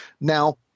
Now